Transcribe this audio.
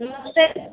नमस्ते